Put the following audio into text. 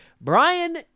Brian